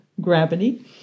gravity